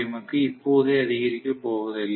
M க்கு இப்போதே அதிகரிக்கப் போவதில்லை